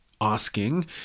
asking